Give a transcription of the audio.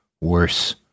Worse